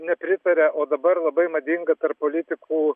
nepritaria o dabar labai madinga tarp politikų